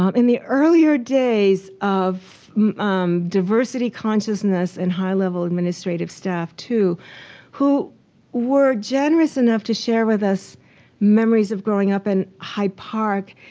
um in the earlier days of diversity consciousness and high level administrative staff, too who were generous enough to share with us memories of growing up in hyde park.